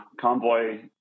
Convoy